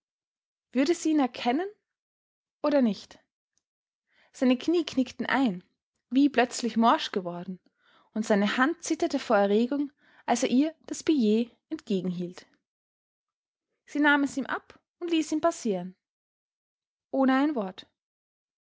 würde sie ihn erkennen oder nicht seine knie knickten ein wie plötzlich morsch geworden und seine hand zitterte vor erregung als er ihr das billet entgegenhielt sie nahm es ihm ab und ließ ihn passieren ohne ein wort